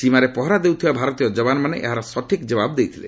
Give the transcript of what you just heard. ସୀମାରେ ପହରା ଦେଉଥିବା ଭାରତୀୟ ଯବାନମାନେ ଏହାର ସଠିକ୍ ଜବାବ ଦେଇଥିଲେ